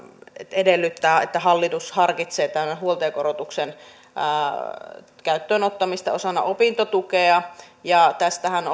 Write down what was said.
edellyttää että hallitus harkitsee tämän huoltajakorotuksen käyttöön ottamista osana opintotukea ja tästähän